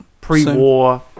pre-war